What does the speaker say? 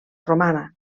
romana